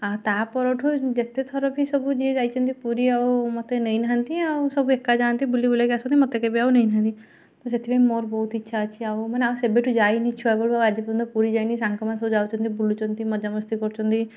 ଆଉ ତା ପରଠୁ ଯେତେଥର ବି ସବୁ ଯିଏ ଯାଇଛନ୍ତି ପୁରୀ ଆଉ ମୋତେ ନେଇନାହାନ୍ତି ଆଉ ସବୁ ଏକା ଯାଆନ୍ତି ବୁଲିବୁଲାକି ଆସନ୍ତି ମୋତେ କେବେ ଆଉ ନେଇନାହାନ୍ତି ତ ସେଥିପାଇଁ ମୋର ବହୁତ ଇଚ୍ଛା ଅଛି ଆଉ ମାନେ ଆଉ ସେବେଠୁ ଯାଇନି ଛୁଆବେଳୁ ଆଉ ଆଜି ପର୍ଯ୍ୟନ୍ତ ପୁରୀ ଯାଇନି ସାଙ୍ଗ ମାନେ ସବୁ ଯାଉଛନ୍ତି ବୁଲୁଛନ୍ତି ମଜା ମସ୍ତି କରୁଛନ୍ତି